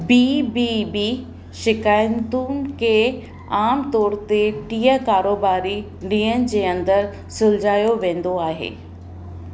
B बी बी शिकायतुनि खे आम तौर ते टीह कारोबारी ॾींहंनि जे अंदरु सुलझायो वेंदो आहे